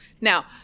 Now